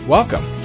Welcome